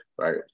right